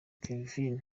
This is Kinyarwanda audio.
kevin